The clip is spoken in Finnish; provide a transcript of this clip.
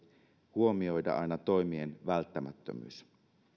huomioida aina toimien välttämättömyys